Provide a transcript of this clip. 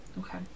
okay